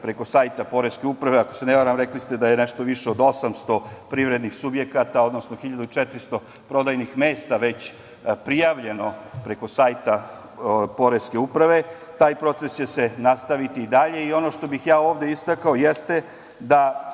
preko sajta Poreske uprave. Ako se ne varam, rekli ste da je nešto više od 800 privrednih subjekata, odnosno 1.400 prodajnih mesta već prijavljeno preko sajta Poreske uprave. Taj proces će se nastaviti i dalje. Ono što bih ja ovde istakao, jeste da